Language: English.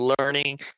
learning